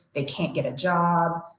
they can't get a job,